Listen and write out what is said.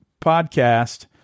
podcast